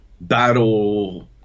battle